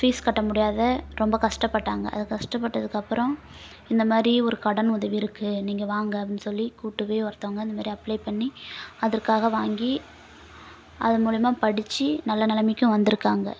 fees கட்ட முடியாத ரொம்ப கஷ்டப்பட்டாங்க அது கஷ்டப்பட்டதுக்கப்புறோம் இந்த மாதிரி ஒரு கடன் உதவி இருக்குது நீங்க வாங்க அப்படின்னு சொல்லி கூப்பிட்டு போய் ஒருத்தவங்க இந்த மாதிரி அப்ளே பண்ணி அதற்காக வாங்கி அதன் மூலயமாக படிச்சு நல்ல நிலமைக்கும் வந்திருக்காங்க